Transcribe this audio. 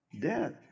death